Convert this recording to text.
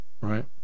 right